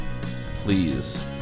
please